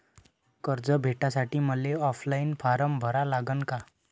कर्ज भेटासाठी मले ऑफलाईन फारम भरा लागन का?